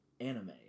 anime